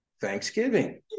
thanksgiving